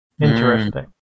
Interesting